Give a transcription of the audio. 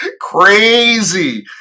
crazy